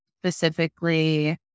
specifically